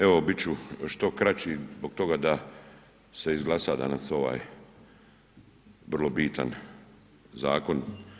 Evo bit ću što kraći zbog toga da se izglasa danas ovaj vrlo bitan zakon.